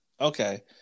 Okay